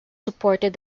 supported